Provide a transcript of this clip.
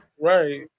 right